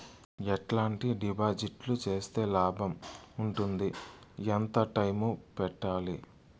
ఎట్లాంటి డిపాజిట్లు సేస్తే లాభం ఉంటుంది? ఎంత టైము పెట్టాలి?